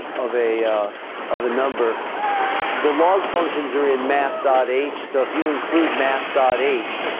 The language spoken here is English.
of a of a number the log functions are in math dot h. so if you include math dot h.